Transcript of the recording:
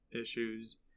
issues